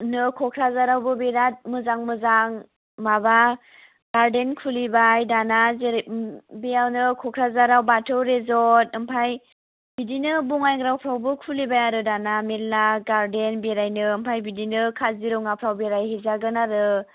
बिराद मोजां मोजां माबा गारदेन खुलिबाय दाना जेरै ओम बेयावनो क'क्राझारावनो बाथौ रिजर्ट ओमफ्राय बिदिनो बङाइगावफ्रावबो खुलिबाय आरो दाना मेल्ला गारदेन बेरायनो ओमफ्राय बिदिनो काजिरङाफ्राव बेरायहैजागोन आरो